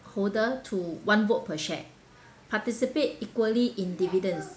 holder to one vote per share participate equally in dividends